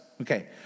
Okay